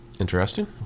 Interesting